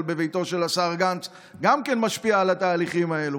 בביתו של השר גנץ גם כן משפיעה על התהליכים האלו,